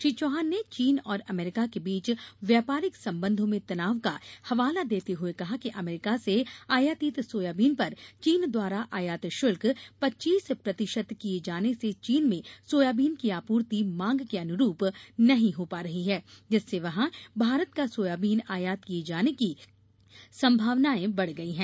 श्री चौहान ने चीन और अमेरीका के बीच व्यापारिक संबंधों में तनाव का हवाला देते हुए कहा कि अमेरीका से आयातित सोयाबीन पर चीन द्वारा आयात शुल्क पच्चीस प्रतिशत किये जाने से चीन में सोयाबीन की आपूर्ति मांग के अनुरूप नहीं हो पा रही है जिससे वहां भारत का सोयाबीन आयात किये जाने की संभावनाएं बढ़ गई है